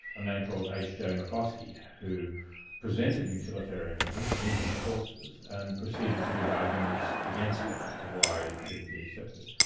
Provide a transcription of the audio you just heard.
a man called h. j. mccloskey, who presented utilitarianism in his courses and proceeded to give arguments against it as to why it shouldn't be accepted.